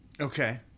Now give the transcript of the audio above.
okay